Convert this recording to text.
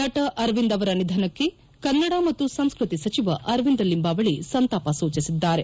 ನಟ ಅರವಿಂದ್ ಅವರ ನಿಧನಕ್ಕೆ ಕನ್ನಡ ಮತ್ತು ಸಂಸ್ಕತಿ ಸಚಿವ ಅರವಿಂದ್ ಲಿಂಬಾವಳಿ ಸಂತಾಪ ಸೂಚಿಸಿದ್ದಾರೆ